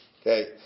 Okay